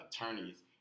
attorneys